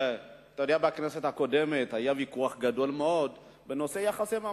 אתה יודע שבכנסת הקודמת היה ויכוח גדול מאוד בנושא יחסי ממון.